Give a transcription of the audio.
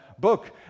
book